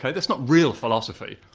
that's not real philosophy.